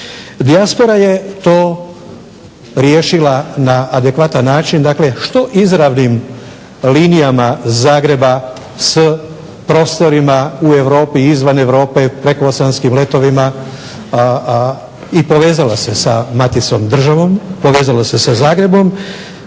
Dijaspora je to riješila na adekvatan način, dakle što izravnim linijama Zagreba s prostorima u europi i izvan Europe preko oceanskim letovima i povezala se sa maticom državom, povezala se sa Zagrebom.